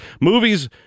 movies